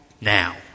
now